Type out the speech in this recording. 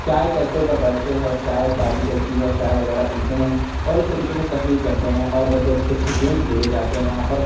چائے کے اڈوں پر بیٹھتے ہیں اور چائے بازی چلتی ہے اور چائے وغیرہ پیتے ہیں اور اِس طریقے سے تفریح کرتے ہیں اور بڑے اچھے اچھے گیم کھیلے جاتے ہیں یہاں پر